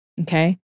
Okay